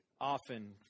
often